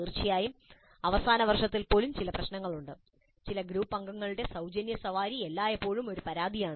തീർച്ചയായും അവസാന വർഷത്തിൽ പോലും ചില പ്രശ്നങ്ങളുണ്ട് ചില ഗ്രൂപ്പ് അംഗങ്ങളുടെ സൌജന്യ സവാരി എല്ലായ്പ്പോഴും ഒരു പരാതിയാണ്